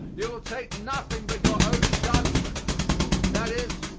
you will take nothing but your own judgment that is,